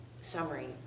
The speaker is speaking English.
summary